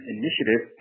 initiative